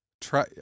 try